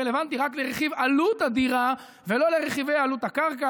רלוונטי רק לרכיב עלות הדירה ולא לרכיבי עלות הקרקע,